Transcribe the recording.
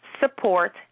support